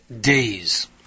days